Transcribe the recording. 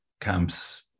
camps